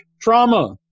Trauma